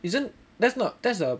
isn't that's not thats's a